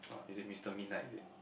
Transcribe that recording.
is it Mister Midnight is it